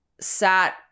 sat